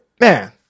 man